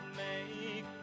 make